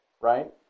right